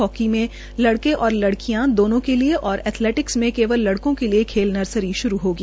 hockey मे लड़े और लड़कियों दोंनों के लिये और एथलेटिक्स में केवल लड़कों के लिये खेल नर्सरी श्रू होगी